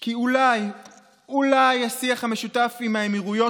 כי אולי אולי השיח המשותף עם האמירויות,